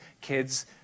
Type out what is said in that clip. kids